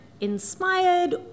inspired